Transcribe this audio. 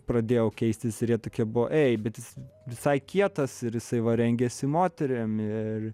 pradėjau keistis ir jie tokie buvo ei bet jis visai kietas ir jisai va rengiasi moterim ir